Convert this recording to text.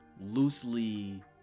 loosely